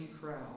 crowd